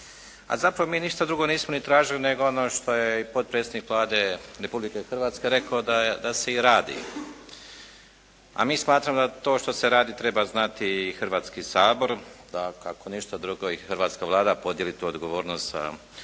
A zapravo mi ništa drugo nismo ni tražili nego ono što je potpredsjednik Vlade Republike Hrvatske rekao da se i radi. A mi smatramo da što se radi treba znati i Hrvatski sabor, dakle ako ništa drugo i hrvatska Vlada podijeli tu odgovornost sa Hrvatskim